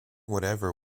whatever